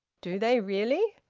do they, really?